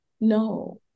No